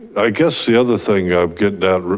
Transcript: i guess the other thing i'm getting at,